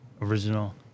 original